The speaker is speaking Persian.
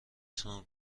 تونم